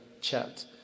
chat